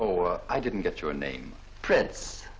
or i didn't get your name prints